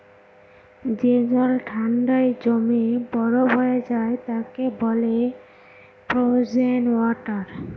যে জল ঠান্ডায় জমে বরফ হয়ে যায় তাকে বলে ফ্রোজেন ওয়াটার